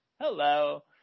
hello